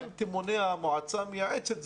גם אם תמונה מועצה מייעצת,